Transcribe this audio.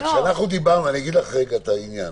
אני אגיד לך את הנקודה.